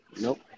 nope